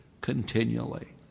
continually